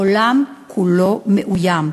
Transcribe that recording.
העולם כולו מאוים.